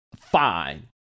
fine